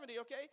okay